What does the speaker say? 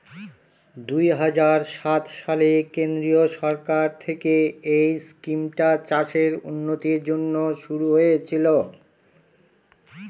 দুই হাজার সাত সালে কেন্দ্রীয় সরকার থেকে এই স্কিমটা চাষের উন্নতির জন্যে শুরু হয়েছিল